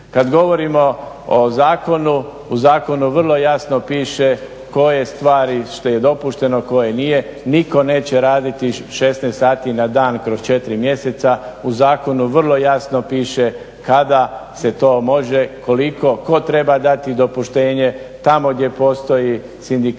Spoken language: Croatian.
Kada govorimo o zakonu, u zakonu vrlo jasno piše koje stvari što je dopušteno koje nije. Nitko neće raditi 16 sati na dan kroz 4 mjeseca. U zakonu vrlo jasno piše kada se to može, koliko, tko treba dati dopuštenje. Tamo gdje postoji sindikat je